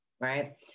right